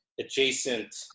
adjacent